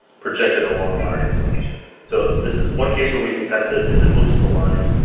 projected along our inclination. so this is one case where we could test it and it looks aligned,